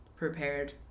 prepared